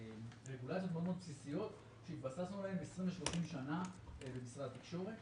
ברגולציות מאוד בסיסיות שהתבססנו עליהן 20 ו-30 שנה במשרד התקשורת.